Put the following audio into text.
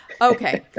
Okay